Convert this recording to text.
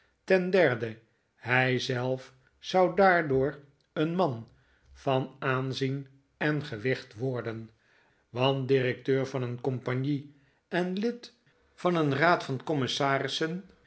ten derde hij zelf zou daardoor een man van aanzien en gewicht worden want directeur van een compagnie en lid van een raad van commissarissen